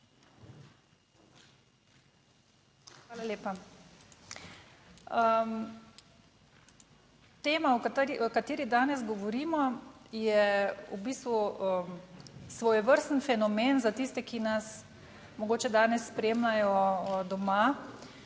Hvala lepa. Tema, o kateri danes govorimo, je v bistvu svojevrsten fenomen za tiste, ki nas mogoče danes spremljajo doma,